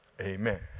amen